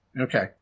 Okay